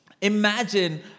imagine